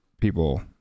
people